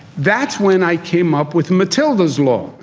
that's when i came up with matilda's law,